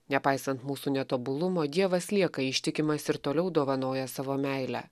nepaisant mūsų netobulumo dievas lieka ištikimas ir toliau dovanoja savo meilę